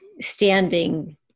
standing